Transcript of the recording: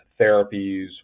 therapies